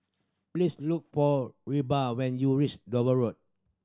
please look for Reba when you reach Dover Road